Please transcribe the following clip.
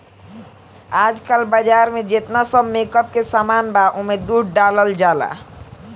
आजकल बाजार में जेतना सब मेकअप के सामान बा ओमे दूध डालल जाला